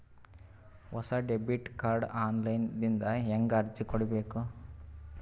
ಹೊಸ debit card online ದಿಂದ ಹೇಂಗ ಅರ್ಜಿ ಕೊಡಬೇಕು?